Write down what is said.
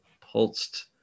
pulsed